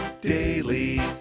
Daily